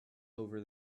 over